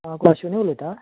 हां आश्विनी उलयता